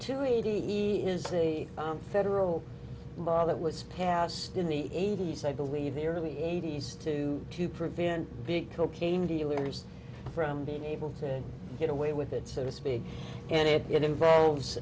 two eighty is a federal law that was passed in the eighty's i believe the early eighty's too to prevent big cocaine dealers from being able to get away with it so to speak and it involves